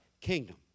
kingdom